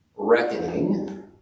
Reckoning